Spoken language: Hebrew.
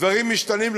דברים משתנים,